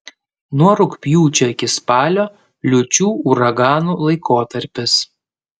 nuo rugpjūčio iki spalio liūčių uraganų laikotarpis